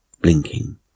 blinking